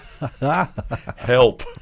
Help